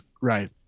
Right